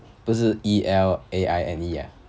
不是 E L A I N E ah